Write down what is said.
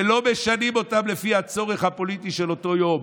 ולא משנים אותן לפי הצורך הפוליטי של אותו יום,